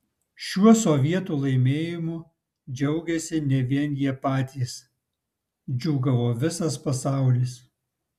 šiuo sovietų laimėjimu džiaugėsi ne vien jie patys džiūgavo visas pasaulis